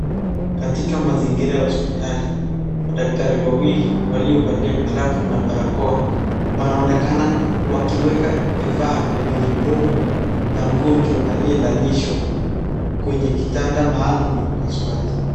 Katika mazingira ya hospitali madaktari wawili waliovalia glovu na barakoa wanaonekana wakiweka vifaa kwenye mndomo ya mgonjwa aliyelalishwa kwenye kitanda maalum ya upasuaji.